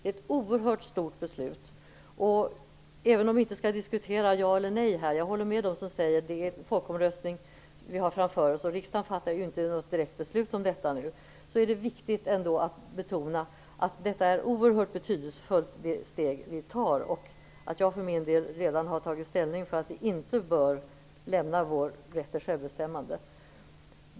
Även om vi inte här skall diskutera ett ja eller nej -- jag håller med dem som säger att vi har en folkomröstning framför oss och att riksdagen inte skall fatta något direkt beslut om detta nu -- är det ändå viktigt att betona att det är ett oerhört betydelsefullt steg vi tar. Jag för min del har redan tagit ställning för att vi inte bör lämna vår rätt till självbestämmande.